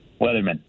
Weatherman